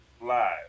Live